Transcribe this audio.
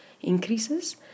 increases